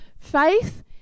faith